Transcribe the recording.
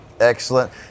Excellent